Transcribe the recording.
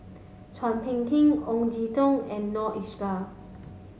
Chua Phung Kim Ong Jin Teong and Noor Aishah